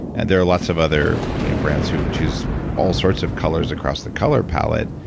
and there are lots of other brands who choose all sorts of colors across the color palette.